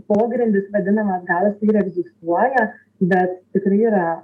pogrindis vadinamas gal jisai ir egzistuoja bet tikrai yra